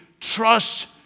trust